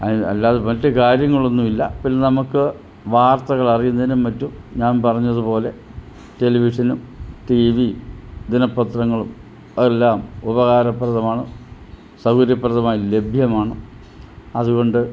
അ അല്ലാതെ മറ്റു കാര്യങ്ങളൊന്നുമില്ല പിന്നെ നമുക്ക് വാർത്തകൾ അറിയുന്നതിനും മറ്റും ഞാൻ പറഞ്ഞതു പോലെ ടെലിവിഷനും ടി വിയും ദിനപത്രങ്ങളും എല്ലാം ഉപകാരപ്രദമാണ് സൗകര്യ പ്രദമായി ലഭ്യമാണ് അതുകൊണ്ട്